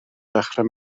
dechrau